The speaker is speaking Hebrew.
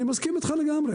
אני מסכים איתך לגמרי.